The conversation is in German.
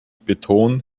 beton